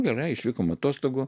gerai išvykom atostogų